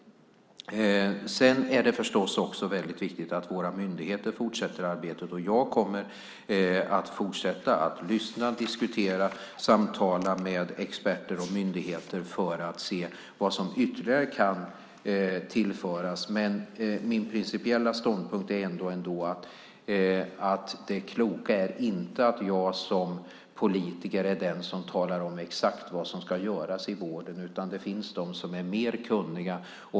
Det är vidare viktigt att våra myndigheter fortsätter arbetet. Jag kommer att fortsätta att lyssna, diskutera och samtala med experter och myndigheter för att se vad som ytterligare kan tillföras. Min principiella ståndpunkt är ändå att det kloka inte är att jag som politiker talar om exakt vad som ska göras inom vården. Det finns de som är mer kunniga.